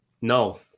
No